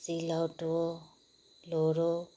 सिलौटो लोहोरो